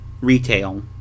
retail